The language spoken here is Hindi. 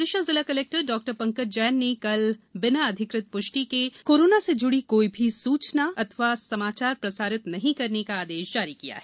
विदिशा जिला कलेक्टर डॉक्टर पंकज जैन ने कल बिना अधिकृत पुष्टि के कोरोना से जुड़ा कोई भी सूचना अथवा समाचार प्रसारित नहीं करने का आदेश जारी किया है